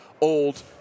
old